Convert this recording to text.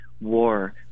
war